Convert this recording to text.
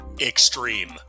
extreme